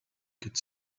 could